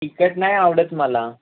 तिखट नाही आवडत मला